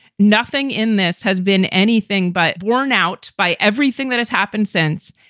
nothing in this has been anything but borne out by everything that has happened since.